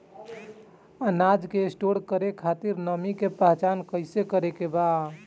अनाज के स्टोर करके खातिर नमी के पहचान कैसे करेके बा?